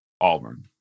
Auburn